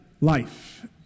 life